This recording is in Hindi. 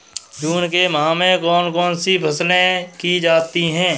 जून के माह में कौन कौन सी फसलें की जाती हैं?